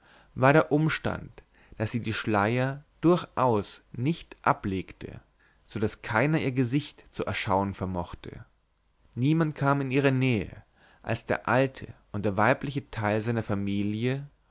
war der umstand daß sie die schleier durchaus nicht ablegte so daß keiner ihr gesicht zu erschauen vermochte niemand kam in ihre nähe als der alte und der weibliche teil seiner familie